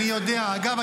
אגב,